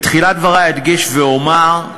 בתחילת דברי אדגיש ואומר,